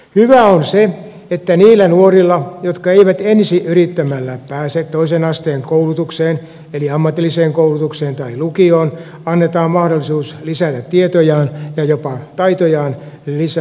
hyvää on se että niille nuorille jotka eivät ensi yrittämällä pääse toisen asteen koulutukseen eli ammatilliseen koulutukseen tai lukioon annetaan mahdollisuus lisätä tietojaan ja jopa taitojaan lisäopinnoilla